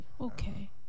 Okay